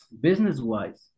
business-wise